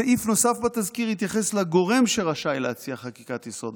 סעיף נוסף בתזכיר התייחס לגורם שרשאי להציע חקיקת-יסוד.